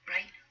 Right